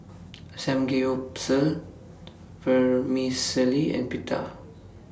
Samgeyopsal Vermicelli and Pita